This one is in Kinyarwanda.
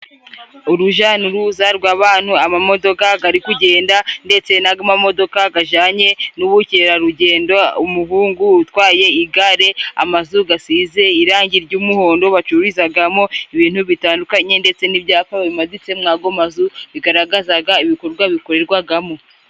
Uruja n’uruza rw’abantu, amamodoka gari kugenda, ndetse n’amamodoka gajanye n’ubukerarugendo. Umuhungu utwaye igare, amazu gasize irangi ry’umuhondo bacururizagamo ibintu bitandukanye, ndetse n’ibyapa bimaditse mw’ago mazu bigaragazaga ibikorwa bikorerwagamo.